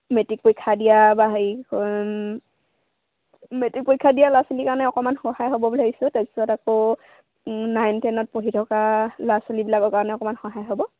matric পৰীক্ষা দিয়া বা হেৰি মেট্ৰিক পৰীক্ষা দিয়া ল'ৰা ছোৱালীৰ কাৰণে অকণমান সহায় হ'ব বুলি ভাবিছোঁ তাৰ পিছত আকৌ নাইন টেনত পঢ়ি থকা ল'ৰা ছোৱালীবিলাকৰ কাৰণে অকণমান সহায় হ'ব